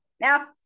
now